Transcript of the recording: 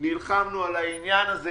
נלחמנו על זה.